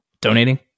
donating